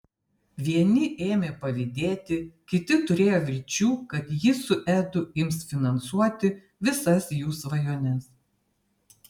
vieni ėmė pavydėti kiti turėjo vilčių kad ji su edu ims finansuoti visas jų svajones